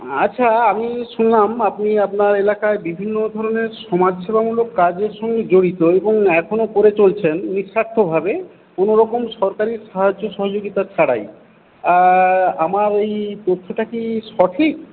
আচ্ছা আমি শুনলাম আপনি আপনার এলাকায় বিভিন্ন ধরনের সমাজসেবামূলক কাজের সঙ্গে জড়িত এবং এখনও করে চলছেন নিঃস্বার্থভাবে কোনোরকম সরকারি সাহায্য সহযোগিতা ছাড়াই আমার এই তথ্যটা কি সঠিক